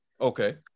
Okay